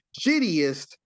shittiest